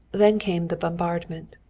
then came the bombardment.